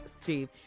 Steve